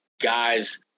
guys